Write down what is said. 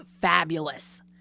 fabulous